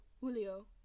Julio